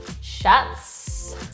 Shots